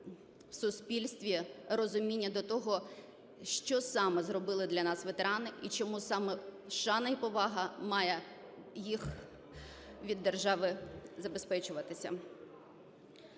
в суспільстві розуміння до того, що саме зробили для нас ветерани і чому саме шана і повага має їх від держави забезпечуватися.